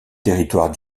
territoire